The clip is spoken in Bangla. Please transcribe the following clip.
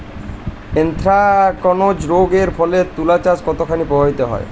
এ্যানথ্রাকনোজ রোগ এর ফলে তুলাচাষ কতখানি প্রভাবিত হয়?